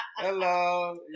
Hello